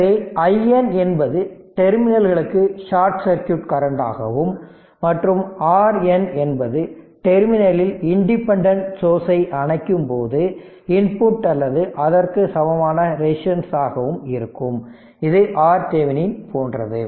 எனவே iN என்பது டெர்மினல்களுக்கு ஷார்ட் சர்க்யூட் கரண்ட் ஆகவும் மற்றும் Rn என்பது டெர்மினலில் இன்டிபென்டன்ட் சோர்ஸ் ஐ அணைக்கும்போது இன்புட் அல்லது அதற்கு சமமான ரெசிஸ்டன்ஸ் ஆகவும் இருக்கும் இது RThevenin போன்றது